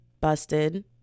busted